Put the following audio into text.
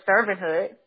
servanthood